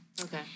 Okay